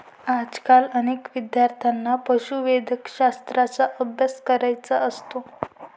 आजकाल अनेक विद्यार्थ्यांना पशुवैद्यकशास्त्राचा अभ्यास करायचा असतो